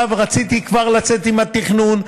עכשיו, רציתי כבר לצאת עם התכנון.